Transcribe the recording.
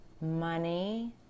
money